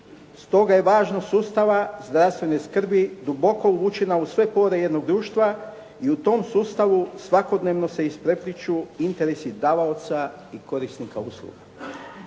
Stoga je važnost sustava zdravstvene skrbi duboko uvučena u sve pore jednog društva i u tom sustavu svakodnevno se isprepliću interesi davaoca i korisnika usluga.